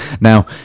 Now